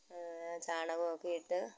ചാണകമൊക്കെ ഇട്ട്